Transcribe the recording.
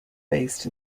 based